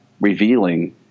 revealing